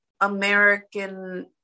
American